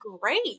great